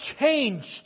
changed